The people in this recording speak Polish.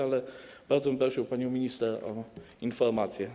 Ale bardzo bym prosił panią minister o informacje.